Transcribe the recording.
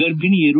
ಗರ್ಭಿಣಿಯರು